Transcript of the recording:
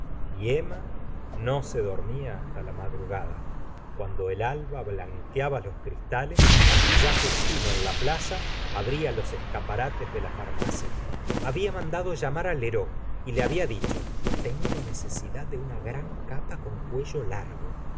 y emma no se dormía hasta la madrugada cuando el alba blanqueaba los cristales y ya justino en la plaza abría los escaparates de la farmacia habia mandado llamar á lheureux y le había dicho tengo necesidad de una gran capa con cuello largo